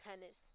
tennis